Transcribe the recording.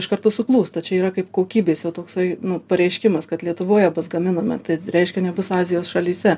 iš karto suklūsta čia yra kaip kokybės jau toksai nu pareiškimas kad lietuvoje bus gaminame tai reiškia nebus azijos šalyse